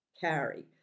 carry